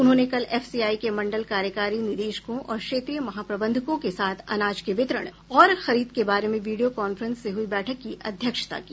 उन्होंने कल एफसीआई के मंडल कार्यकारी निदेशकों और क्षेत्रीय महाप्रबंधकों के साथ अनाज के वितरण और खरीद के बारे में वीडियो काफ्रेंस से हुई बैठक की अध्यक्षता की